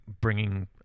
bringing